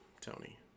Tony